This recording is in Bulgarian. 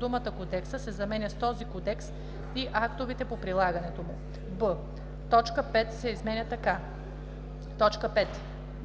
думата „кодекса” се заменя с „този кодекс и актовете по прилагането му”; б) точка 5 се изменя така: „5.